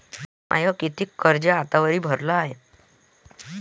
मिन माय कितीक कर्ज आतावरी भरलं हाय?